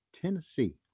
Tennessee